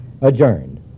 adjourned